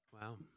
Wow